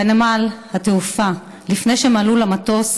בנמל התעופה לפני שהם עלו למטוס,